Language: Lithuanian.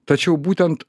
tačiau būtent